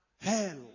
hell